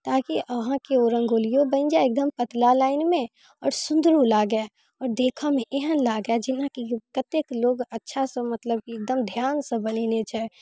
ताकि अहाँके ओ रङ्गोलियो बनि जाइ एकदम पतला लाइनमे आओर सुन्दरो लागे आओर देखऽमे एहन लागे जेनाकि कतेक लोग अच्छासँ मतलब की एकदम ध्यानसँ बनेने छै